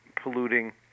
polluting